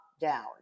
down